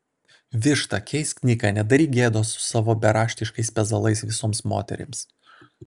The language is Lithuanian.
višta keisk niką nedaryk gėdos su savo beraštiškais pezalais visoms moterims